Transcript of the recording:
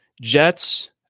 Jets